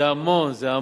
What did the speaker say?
זה המון.